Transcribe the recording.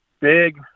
big